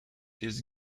his